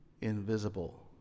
invisible